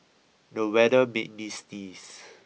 the weather made me sneeze